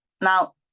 now